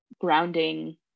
grounding